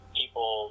people